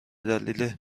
دلیل